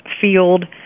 field